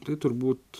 tai turbūt